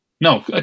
No